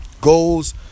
Goals